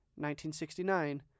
1969